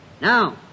Now